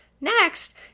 Next